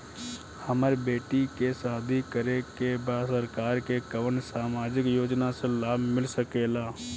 हमर बेटी के शादी करे के बा सरकार के कवन सामाजिक योजना से लाभ मिल सके ला?